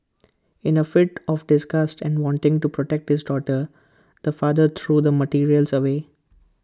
in A fit of disgust and wanting to protect his daughter the father threw the materials away